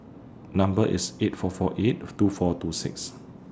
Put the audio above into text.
Number IS eight four four eight two four two six